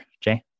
Jay